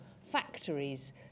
Factories